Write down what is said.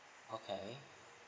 okay